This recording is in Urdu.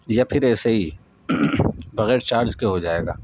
یا پھر ایسے ہی بغیر چارج کے ہو جائے گا